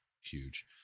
huge